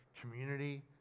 community